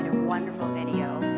wonderful video